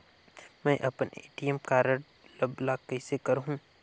मै अपन ATM card ल ब्लाक कइसे करहूं?